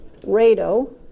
Rado